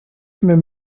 immer